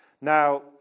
Now